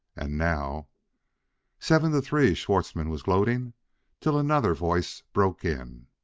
and now seven to three! schwartzmann was gloating till another voice broke in.